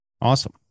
Awesome